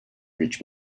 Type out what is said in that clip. rich